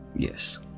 Yes